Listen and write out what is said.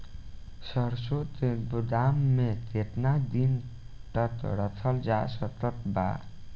सरसों के गोदाम में केतना दिन तक रखल जा सकत बा?